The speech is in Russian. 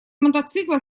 мотоцикла